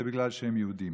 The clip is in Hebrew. זה בגלל שהם יהודים.